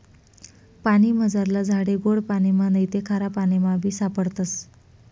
पानीमझारला झाडे गोड पाणिमा नैते खारापाणीमाबी सापडतस